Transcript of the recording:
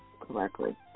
correctly